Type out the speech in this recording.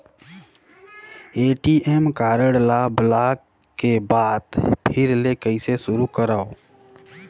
ATM card ल block के बाद फिर ले कइसे शुरू करव?